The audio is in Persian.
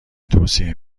توصیه